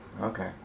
okay